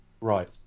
Right